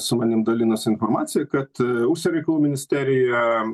su manim dalinosi informacija kad užsienio reikalų ministerija